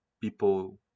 people